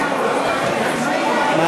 הצבעה.